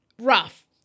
Rough